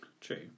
True